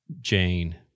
Jane